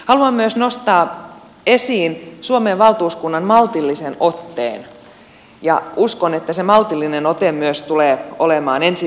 haluan myös nostaa esiin suomen valtuuskunnan maltillisen otteen ja uskon että se maltillinen ote tulee olemaan myös ensi viikolla käytössä